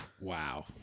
Wow